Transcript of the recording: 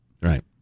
Right